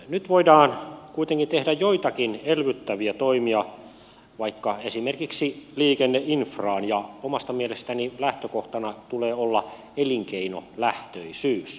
nyt voidaan kuitenkin tehdä joitakin elvyttäviä toimia vaikka esimerkiksi liikenneinfraan ja omasta mielestäni lähtökohtana tulee olla elinkeinolähtöisyys